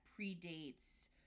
predates